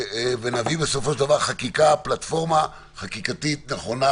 ונביא בסופו של דבר פלטפורמה חקיקתית נכונה